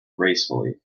gracefully